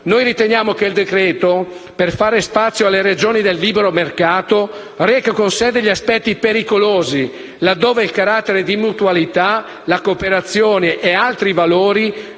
Noi riteniamo che il decreto-legge, per fare spazio alle ragioni del libero mercato, reca con sé degli aspetti pericolosi, per cui il carattere di mutualità, la cooperazione e altri valori